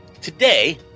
Today